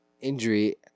injury